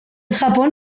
japón